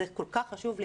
הנושא הזה כל כך חשוב לי